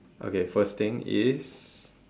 okay first thing is